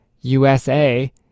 USA